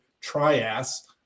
trias